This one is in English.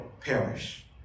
perish